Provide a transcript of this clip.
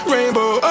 Rainbow